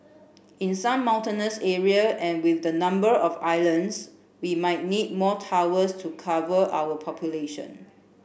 in some mountainous area and with the number of islands we might need more towers to cover our population